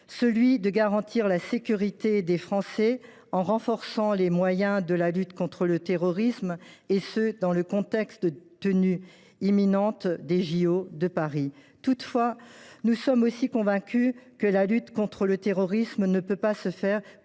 auteurs : garantir la sécurité des Français en renforçant les moyens de la lutte contre le terrorisme, dans le contexte de la tenue imminente des jeux Olympiques de Paris. Toutefois, nous sommes aussi convaincus que la lutte contre le terrorisme ne peut se faire